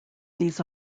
these